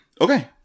Okay